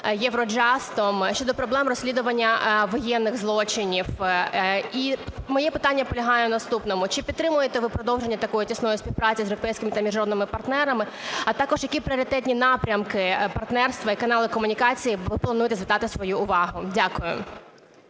Євроджастом щодо проблем розслідування воєнних злочинів. І моє питання полягає в наступному. Чи підтримуєте ви продовження такої тісної співпраці з європейськими та міжнародними партнерами? А також на які пріоритетні напрямки партнерства і канали комунікації ви плануєте звертати свою увагу? Дякую.